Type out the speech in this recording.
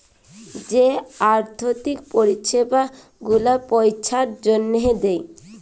যে আথ্থিক পরিছেবা গুলা পইসার জ্যনহে দেয়